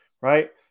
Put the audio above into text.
right